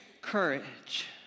Courage